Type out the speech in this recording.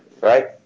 right